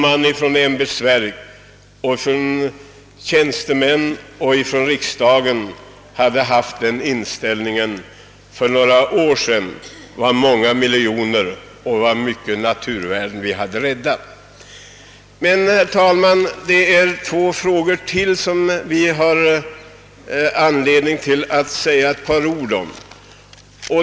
Tänk om ämbetsverken, tjänstemännen och riksdagen hade haft denna inställning för några år sedan, hur många miljoner kronor och hur stora naturvärden hade vi inte då räddat! Herr talman! Det finns ytterligare två frågor som vi har anledning att säga ett par ord om.